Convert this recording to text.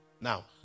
Now